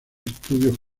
estudios